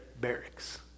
barracks